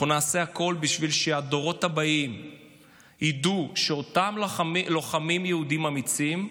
אנחנו נעשה הכול בשביל שהדורות הבאים ידעו שאותם לוחמים יהודים אמיצים,